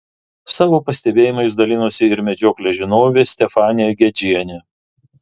savo pastebėjimais dalinosi ir medžioklės žinovė stefanija gedžienė